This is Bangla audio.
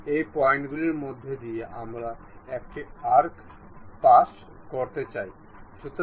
আমি এই কার্ভার্ড স্লাইডে বল টি ফিট করতে দেখতে পাচ্ছি